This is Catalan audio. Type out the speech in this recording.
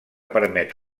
permet